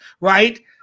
right